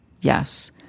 Yes